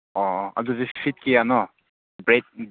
ꯑꯣ ꯑꯗꯨꯗꯤ ꯁꯤꯠ ꯀꯌꯥꯅꯣ ꯕꯦꯗꯀꯤ